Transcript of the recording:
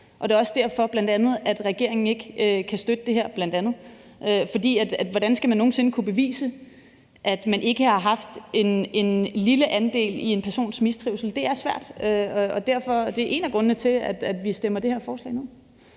er bl.a. også derfor, regeringen ikke kan støtte det her. For hvordan skal man nogen sinde kunne bevise, at man ikke har haft en lille andel i en persons mistrivsel? Det er svært, og det er en af grundene til, at vi stemmer det her forslag ned.